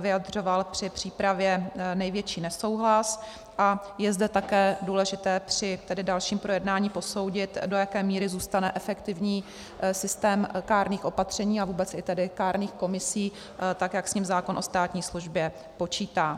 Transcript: vyjadřoval při přípravě největší nesouhlas, a je zde také důležité při dalším projednání posoudit, do jaké míry zůstane efektivní systém kárných opatření a vůbec i tedy kárných komisí, tak jak s ním zákon o státní službě počítá.